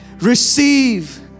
receive